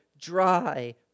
dry